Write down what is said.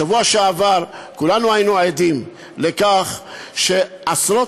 בשבוע שעבר כולנו היינו עדים לכך שעשרות